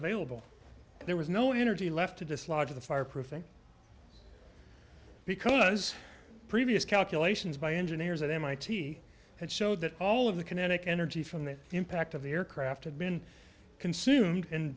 available there was no energy left to dislodge the fireproofing because previous calculations by engineers at mit had showed that all of the kinetic energy from the impact of the aircraft had been consumed